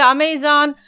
Amazon